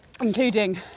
including